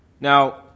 Now